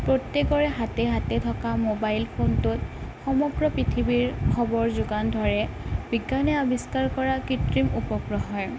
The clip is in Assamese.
প্ৰত্যেকৰে হাতে হাতে থকা মবাইলফোনটোত সমগ্ৰ পৃথিৱীৰ খবৰ যোগান ধৰে বিজ্ঞানে আৱিষ্কাৰ কৰা কৃত্ৰিম উপগ্ৰহৰ